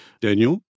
Daniel